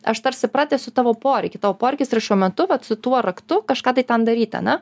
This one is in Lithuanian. aš tarsi pratęsiu tavo poreikį tavo poreikis yra šiuo metu vat su tuo raktu kažką tai ten daryti ane